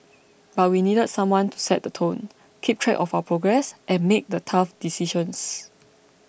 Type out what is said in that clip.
but we needed someone to set the tone keep track of our progress and make the tough decisions